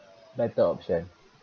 better option